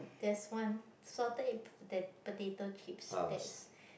there's one salted egg potato chips that's